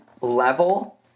Level